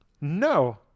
No